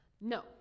No